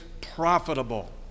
profitable